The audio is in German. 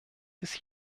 ist